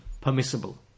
permissible